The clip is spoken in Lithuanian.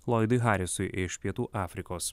loidui harisui iš pietų afrikos